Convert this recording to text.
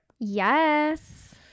yes